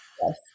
Yes